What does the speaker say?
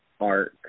arc